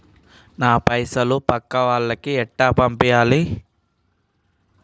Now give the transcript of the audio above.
నా పైసలు పక్కా వాళ్లకి ఎట్లా పంపాలి?